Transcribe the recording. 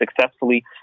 successfully